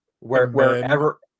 Wherever